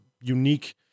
unique